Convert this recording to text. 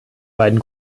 beiden